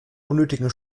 unnötigen